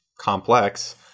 complex